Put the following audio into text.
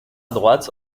droite